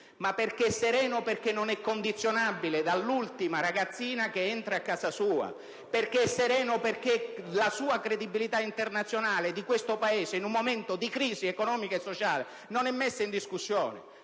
ha definito, ma perché non è condizionabile dall'ultima ragazzina che entra a casa sua; per dire che è sereno perché la sua credibilità internazionale e di questo Paese, in un momento di crisi economica e sociale, non è messa in discussione.